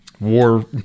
War